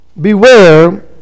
Beware